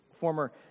former